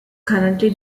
currently